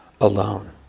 alone